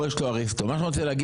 יכול להיות, אני לא בטוח בזה.